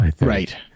Right